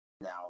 Now